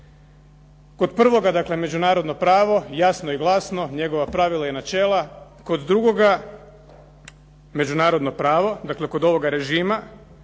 Kod prvoga, dakle međunarodno pravo jasno i glasno njegova pravila i načela, kod drugoga međunarodno pravo, dakle kod ovoga režima